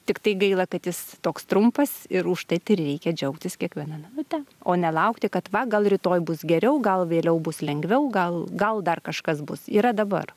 tiktai gaila kad jis toks trumpas ir užtat ir reikia džiaugtis kiekviena minute o ne laukti kad va gal rytoj bus geriau gal vėliau bus lengviau gal gal dar kažkas bus yra dabar